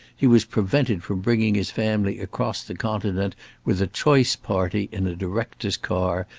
he was prevented from bringing his family across the continent with a choice party in a director's car,